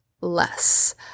less